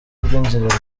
rw’inzira